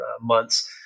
months